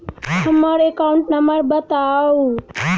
हम्मर account number बताऊ?